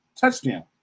Touchdown